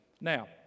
Now